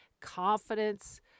confidence